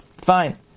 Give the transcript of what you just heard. Fine